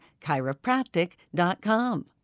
chiropractic.com